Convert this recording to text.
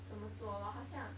怎么做 lor 好像